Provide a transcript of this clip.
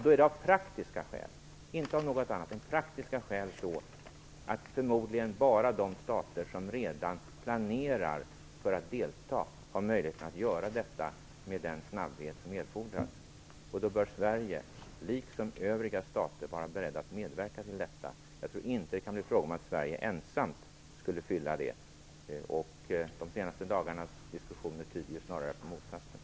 Då har av praktiska skäl - inte av några andra skäl - förmodligen bara de stater som planerar att delta möjlighet att göra detta med den snabbhet som erfordras. Då bör Sverige, liksom övriga stater, vara beredda att medverka till detta. Jag tror inte att det kan bli fråga att Sverige ensamt skulle fylla upp. De senaste dagarnas diskussioner tyder snarare på motsatsen.